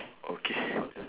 okay